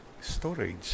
storage